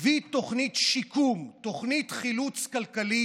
הביא תוכנית שיקום, תוכנית חילוץ כלכלית,